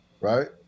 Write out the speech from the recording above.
right